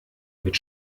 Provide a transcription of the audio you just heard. mit